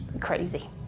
Crazy